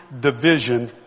division